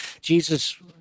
Jesus